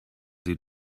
sie